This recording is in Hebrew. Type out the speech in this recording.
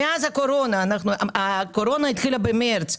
הקורונה התחילה במרץ,